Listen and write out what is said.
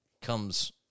comes